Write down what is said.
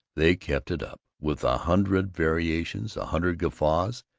they kept it up. with a hundred variations, a hundred guffaws,